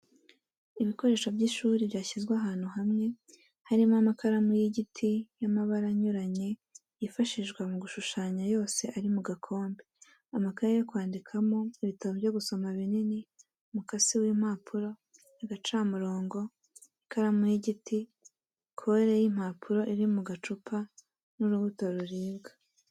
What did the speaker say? Ibikoresho by'ishuri byashyizwe ahantu hamwe harimo amakaramu y'igiti y'amabara anyuranye yifashishwa mu gushushanya yose ari mu gakombe, amakaye yo kwandikamo, ibitabo byo gusoma binini, umukasi w'impapuro, agacamurongo, ikaramu y'igiti, kore y'impapuro iri mu gacupa n'urubuto ruribwa.